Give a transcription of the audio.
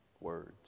words